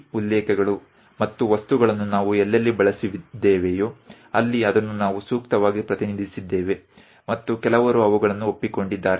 ಈ ಉಲ್ಲೇಖಗಳು ಮತ್ತು ವಸ್ತುಗಳನ್ನು ನಾವು ಎಲ್ಲೆಲ್ಲಿ ಬಳಸಿದ್ದೇವೆಯೋ ಅಲ್ಲಿ ಅದನ್ನು ನಾವು ಸೂಕ್ತವಾಗಿ ಪ್ರತಿನಿಧಿಸಿದ್ದೇವೆ ಮತ್ತು ಕೆಲವರು ಅವುಗಳನ್ನು ಒಪ್ಪಿಕೊಂಡಿದ್ದಾರೆ